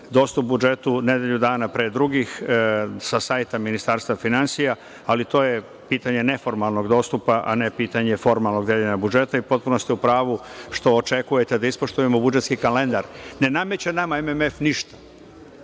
dostup budžetu nedelju dana pre drugih sa sajta Ministarstva finansija, ali to je pitanje neformalnog dostupa, a ne pitanje formalnog deljenja budžeta i potpuno ste u pravu što očekujete da ispoštujemo budžetski kalendar. Ne nameće nama MMF ništa.